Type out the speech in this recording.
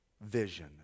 vision